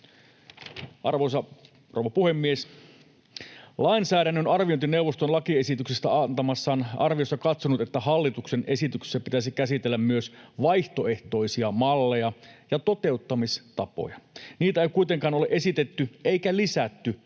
Arvoisa rouva puhemies! Lainsäädännön arviointineuvosto on lakiesityksestä antamassaan arviossa katsonut, että hallituksen esityksessä pitäisi käsitellä myös vaihtoehtoisia malleja ja toteuttamistapoja. Niitä ei kuitenkaan ole esitetty eikä lisätty